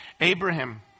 Abraham